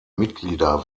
mitglieder